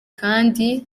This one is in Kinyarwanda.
kandi